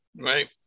Right